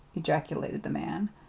ejaculated the man,